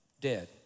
dead